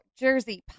Jersey